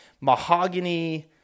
mahogany